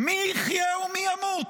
"מי יחיה ומי ימות"?